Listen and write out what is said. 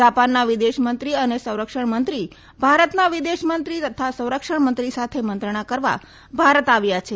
જાપાનના વિદેશમંત્રી અને સંરક્ષણમંત્રી ભારતના વિદેશમંત્રી તથા સંરક્ષણમંત્રી સાથે મંત્રણા કરવા ભારત આવ્યા છે